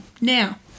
Now